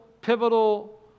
pivotal